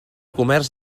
comerç